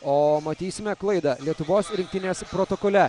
o matysime klaidą lietuvos rinktinės protokole